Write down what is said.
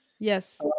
Yes